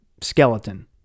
skeleton